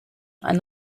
and